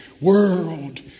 World